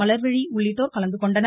மலர்விழி உள்ளிட்டோர் கலந்துகொண்டனர்